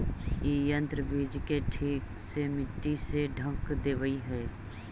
इ यन्त्र बीज के ठीक से मट्टी से ढँक देवऽ हई